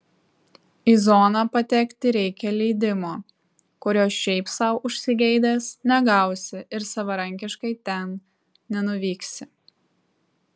į zoną patekti reikia leidimo kurio šiaip sau užsigeidęs negausi ir savarankiškai ten nenuvyksi